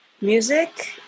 music